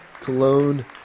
cologne